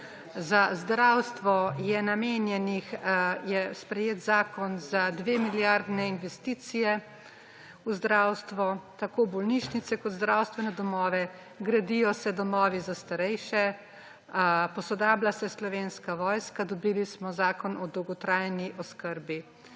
Za zdravstvo je namenjenih, je sprejet zakon za 2 milijardne investicije v zdravstvo, tako za bolnišnice kot zdravstvene domove. Gradijo se domovi za starejše, posodablja se Slovenska vojska, dobili smo Zakon o dolgotrajni oskrbi,